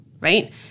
right